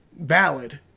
valid